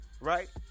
right